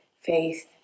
faith